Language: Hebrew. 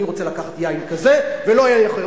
אני רוצה לקחת יין כזה ולא יין אחר,